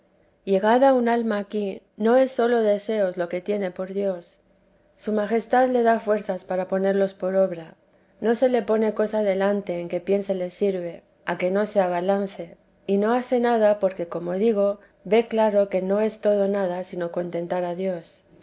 llegada un alma aquí no es sólo deseos lo que tiene por dios su majestad la da fuerzas para ponerlos por obra no se le pone cosa delante en que piense le sirve a que no se abalance y no hace nada porque como digo ve claro que no es todo nada sino contentar a dios